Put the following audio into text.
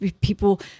people